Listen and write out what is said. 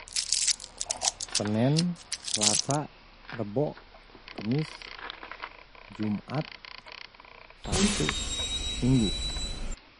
Senen, selasa, rebok, kemis, jumat, sabtu, minggu.